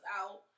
out